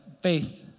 faith